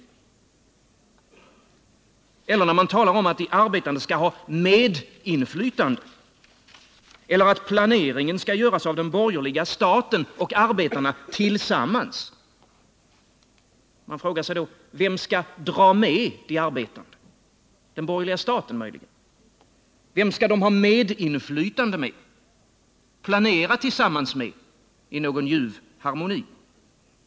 Lika egendomligt är det när man talar om att de arbetande skall ha medinflytande eller att planeringen skall göras av den borgerliga staten och arbetarna tillsammans. Man frågar sig: Vem skall ”dra med” de arbetande? Den borgerliga staten möjligen? Vem skall de ha medinflytande med och planera tillsammans med i ljuv harmoni?